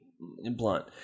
blunt